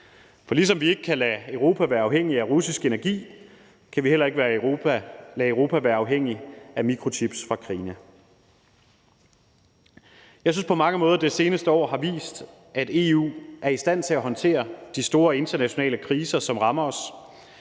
For ligesom vi ikke kan lade Europa være afhængig af russisk energi, kan vi heller ikke lade Europa være afhængig af mikrochips fra Kina. Jeg synes på mange måder, det seneste år har vist, at EU er i stand til at håndtere de store internationale kriser, som rammer os,